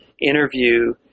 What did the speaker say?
interview